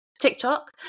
tiktok